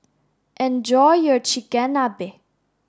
enjoy your Chigenabe